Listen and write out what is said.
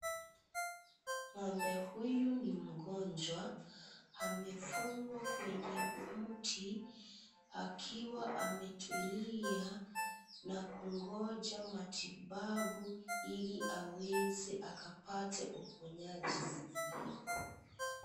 Ng'ombe huyu ni mgonjwa amefungwa kwenye mti akiwa ametulia na kungoja matibabu ili aweze akapate uponyaji.